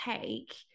take